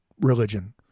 religion